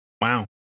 Wow